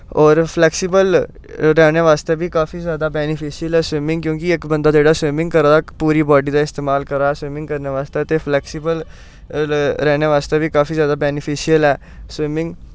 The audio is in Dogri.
होर फलैक्सिबल रैह्ने बास्तै बी काफी ज्यादा बैनिफिशल ऐ स्विमिंग क्योंकि इक बंदा जेह्ड़ा स्विमिंग करा दा पूरी बाडी दी इस्तमाल करा दा स्विमिंग करने बास्तै ते फलैक्सिबल रैह्नै बास्तै बी काफी ज्यादा बैनिफिशल ऐ स्विमिंग